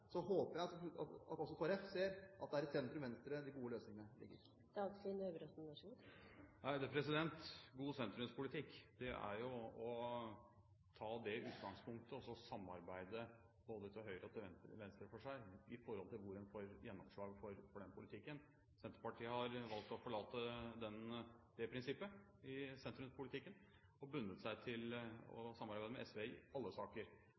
håper jeg at også Kristelig Folkeparti ser at det er i sentrum-venstre de gode løsningene ligger. God sentrumspolitikk er å ta det utgangspunkt å samarbeide både til høyre og til venstre med tanke på hvor en får gjennomslag for den politikken. Senterpartiet har valgt å forlate det prinsippet i sentrumspolitikken og har bundet seg til å samarbeide med SV i alle saker.